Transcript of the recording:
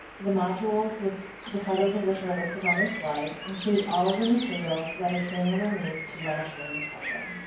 the modules, the the titles of which are listed on this slide, include all of the materials that a trainer will need to run a training session.